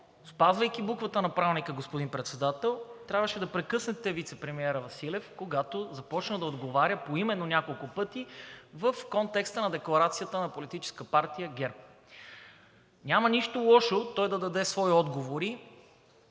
спазвайки буквата на Правилника, господин Председател, трябваше да прекъснете вицепремиера Василев, когато започна да отговаря поименно няколко пъти в контекста на декларацията на Политическа партия ГЕРБ. Няма нищо лошо той да даде свои отговори.